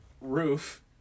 roof